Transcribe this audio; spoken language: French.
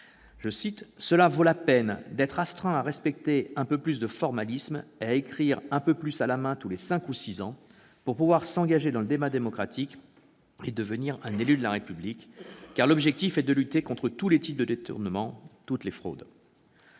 On conviendra cependant qu'être astreint à respecter un peu plus de formalisme et à écrire un peu plus à la main tous les cinq ou six ans pour pouvoir s'engager dans le débat démocratique et devenir un élu de la République, cela vaut la peine, car l'objectif est de lutter contre tous les types de détournement, toutes les fraudes. »